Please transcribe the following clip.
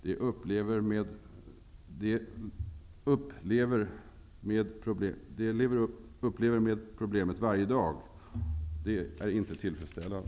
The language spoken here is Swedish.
De lever med problemet varje dag, och det är inte tillfredsställande.